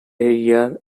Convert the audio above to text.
year